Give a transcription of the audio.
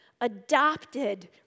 adopted